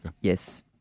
Yes